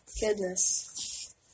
goodness